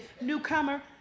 Newcomer